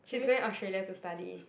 she's going Australia to study